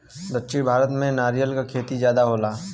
दक्षिण भारत में नरियर क खेती जादा होला